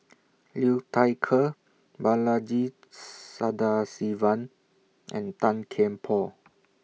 Liu Thai Ker Balaji Sadasivan and Tan Kian Por